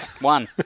One